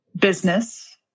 business